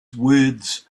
words